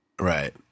right